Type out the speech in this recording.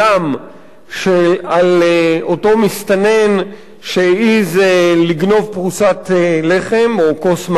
לאותו מסתנן שהעז לגנוב פרוסת לחם או כוס מים,